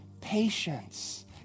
patience